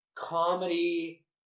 Comedy